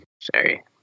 sorry